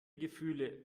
gefühle